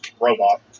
robot